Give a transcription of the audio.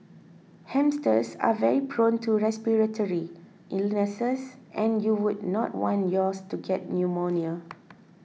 hamsters are very prone to respiratory illnesses and you would not want yours to get pneumonia